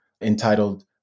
entitled